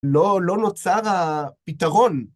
לא נוצר הפתרון.